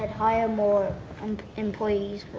hire more employees